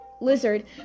lizard